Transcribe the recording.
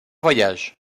voyages